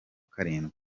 karindwi